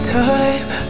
time